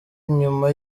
inyuma